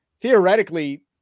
theoretically